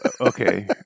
Okay